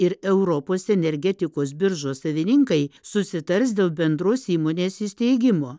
ir europos energetikos biržos savininkai susitars dėl bendros įmonės įsteigimo